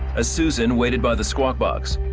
as susan waited by the squawk box,